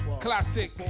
classic